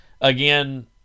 again